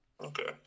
Okay